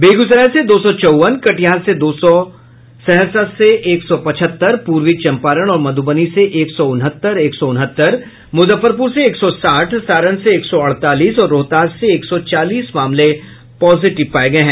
बेगूसराय से दो सौ चौवन कटिहार से दो सौ सहरसा से एक सौ पचहत्तर पूर्वी चंपारण और मधुबनी से एक सौ उनहत्तर एक सौ उनहत्तर मुजफ्फरपुर से एक सौ साठ सारण से एक सौ अड़तालीस और रोहतास से एक सौ चालीस मामले पॉजिटिव पाये गये हैं